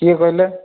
କିଏ କହିଲେ